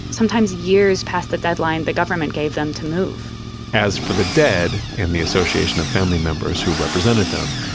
sometimes years passed the deadline the government gave them to move as for the dead, and the association of family members who represented them,